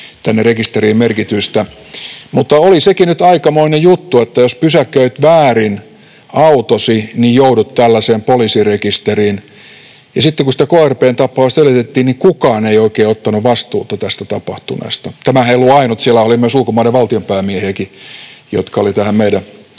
tänne rekisteriin merkityistä. Mutta oli sekin nyt aikamoinen juttu, että jos pysäköit väärin autosi, niin joudut tällaiseen poliisirekisteriin, ja sitten kun sitä krp:n tapausta selvitettiin, niin kukaan ei oikein ottanut vastuuta tästä tapahtuneesta. Tämähän ei ollut ainut, siellähän oli myös ulkomaiden valtionpäämiehiäkin, jotka oli tähän meidän